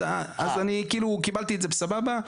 אז אני כאילו קיבלתי את זה בסבבה.